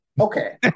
okay